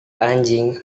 anjing